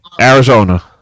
Arizona